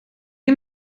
heb